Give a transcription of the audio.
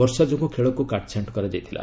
ବର୍ଷା ଯୋଗୁଁ ଖେଳକୁ କାଟ୍ଛାଣ୍ଟ କରାଯାଇଥିଲା